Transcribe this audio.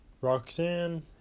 Roxanne